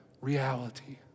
reality